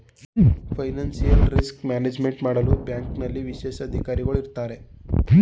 financial risk management ಮಾಡಲು ಬ್ಯಾಂಕ್ನಲ್ಲಿ ವಿಶೇಷ ಅಧಿಕಾರಿಗಳು ಇರತ್ತಾರೆ